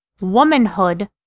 womanhood